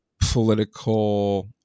political